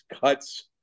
cuts